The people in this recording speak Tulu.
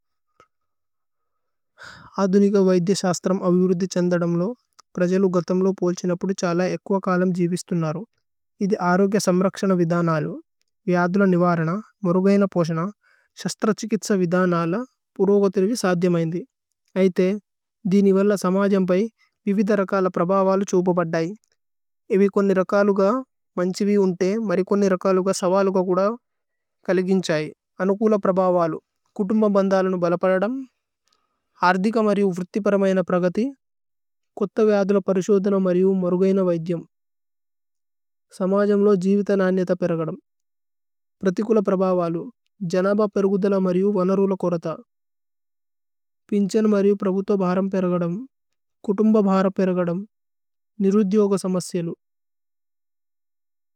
അദുനിഗ വൈദേ ശസ്ത്രമ് അവിരുദി ഛന്ദദമ് ലു, പ്രജലു ഗതമ് ലു പോല്ഛിന പുദു ഛല ഏകുഅ കലമ് ജിവിസ്തുന്നരു। ഇതി അരോഗേ സമ്രക്ശന വിദനലു, വിഅദുല നിവരന, മോരുഗയന പോശന, ശസ്ത്രഛികിത്സ വിദനല, പുരോഗത്രിവി സധ്യ മൈന്ദി। ഐതേ, ദി നിവല്ല സമജമ്പൈ വിവിദ രകല പ്രഭവലു ഛൂപ ബദ്ദൈ। ഏവികോന്നി രകലു ക മന്ജിവി ഉന്തേ, മരികോന്നി രകലു ക സവലു ക കുധ കലികിന് ഛൈ। അനുകുല പ്രഭവലു, കുദ്മബന്ദലു നുബലപദമ്। അര്ഥിക മരു ഉവ്ര്തിപരമഏന പ്രഗതി, കുത്ത വിഅദുല പരിശോധന മരു മരുഗയന വൈധ്യമ്। സമജമ് ലു ജിവിത നാനിഏത പേരഗദമ്। പ്രതികുല പ്രഭവലു, ജനഭ പേരുഗുദല മരു വനരുല കോരഥ। പിന്ഛന മരു പ്രബുധ ഭരമ് പേരഗദമ്। കുദുമ്ഭ ഭരമ് പേരഗദമ്। നിരുധിയോഗ സമസ്സേലു।